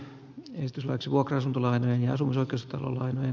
asian käsittely keskeytetään